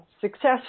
successful